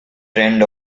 trained